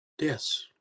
Yes